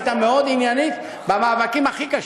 הייתה מאוד עניינית במאבקים הכי קשים.